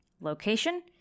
Location